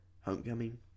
homecoming